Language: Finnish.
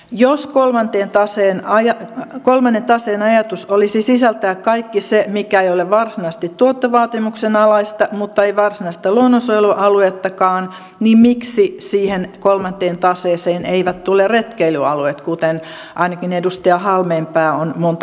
jos kolmannen taseen ajatus olisi sisältää kaikki se mikä ei ole varsinaisesti tuottovaatimuksen alaista mutta ei varsinaista luonnonsuojelualuettakaan niin miksi siihen kolmanteen taseeseen eivät tule retkeilyalueet kuten ainakin edustaja halmeenpää on monta kertaa todennut